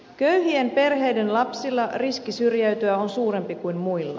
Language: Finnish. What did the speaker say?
köyhien perheiden lapsilla riski syrjäytyä on suurempi kuin muilla